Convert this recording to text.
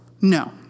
No